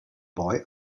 boy